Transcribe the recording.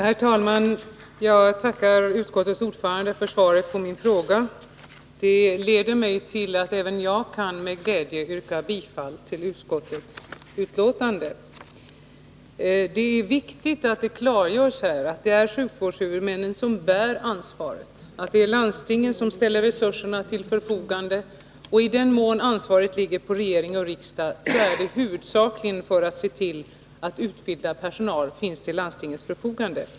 Herr talman! Jag tackar utskottets ordförande för svaret på min fråga. Det leder till att även jag med glädje kan yrka bifall till utskottets hemställan. Det är viktigt att det klargörs här att det är sjukvårdshuvudmännen som bär ansvaret, att det är landstingen som ställer resurserna till förfogande, och i den mån ansvaret ligger på regering och riksdag är det huvudsakligen för att se till att utbildad personal finns till landstingens förfogande.